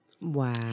Wow